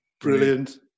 Brilliant